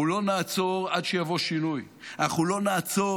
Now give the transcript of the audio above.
אנחנו לא נעצור עד שיבוא שינוי, אנחנו לא נעצור